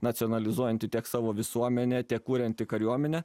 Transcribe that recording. nacionalizuojanti tiek savo visuomenę tiek kurianti kariuomenę